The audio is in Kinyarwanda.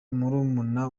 murumuna